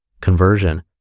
Conversion